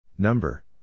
Number